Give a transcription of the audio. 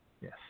Yes